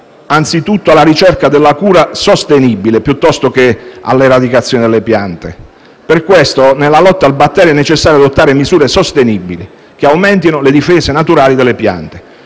anzitutto alla ricerca della cura sostenibile, piuttosto che all'eradicazione delle piante. Per questo motivo, nella lotta al batterio è necessario adottare misure sostenibili che aumentino le difese naturali delle piante,